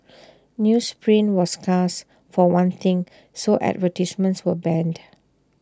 newsprint was scarce for one thing so advertisements were banned